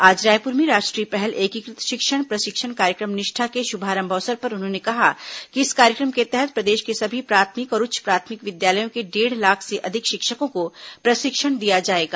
आज रायपुर में राष्ट्रीय पहल एकीकृत शिक्षण प्रशिक्षण कार्यक्रम निष्ठा के शुभारंभ अवसर पर उन्होंने कहा कि इस कार्यक्रम के तहत प्रदेश के सभी प्राथमिक और उच्च प्राथमिक विद्यालयों के डेढ़ लाख से अधिक शिक्षकों को प्रशिक्षण दिया जाएगा